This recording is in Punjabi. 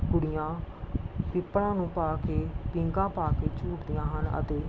ਕੁੜੀਆਂ ਪਿੱਪਲਾਂ ਨੂੰ ਪਾ ਕੇ ਪੀਂਘਾਂ ਪਾ ਕੇ ਝੂਟਦੀਆਂ ਹਨ ਅਤੇ